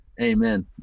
Amen